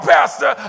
Pastor